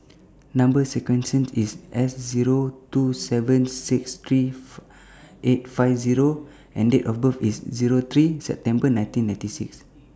Number sequence sent IS S Zero two seven six three four eight five Zero and Date of birth IS Zero three September nineteen ninety six